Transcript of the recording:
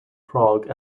prague